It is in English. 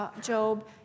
Job